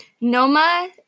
Noma